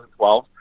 2012